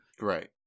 Right